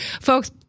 folks